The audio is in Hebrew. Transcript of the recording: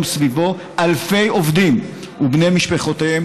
סביבו אלפי עובדים ובני משפחותיהם,